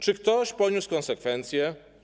Czy ktoś poniósł konsekwencje?